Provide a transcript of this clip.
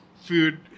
food